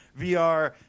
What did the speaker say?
VR